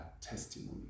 testimony